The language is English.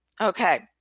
okay